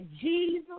Jesus